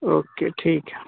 okay ठीक है